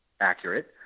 accurate